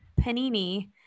panini